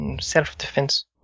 self-defense